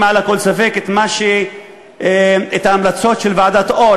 מעל לכל ספק את ההמלצות של ועדת אור,